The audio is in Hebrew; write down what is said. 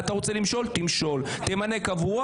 אתה רוצה למשול תמשול, תמנה קבוע